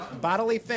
bodily